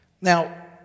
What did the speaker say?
Now